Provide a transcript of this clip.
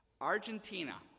Argentina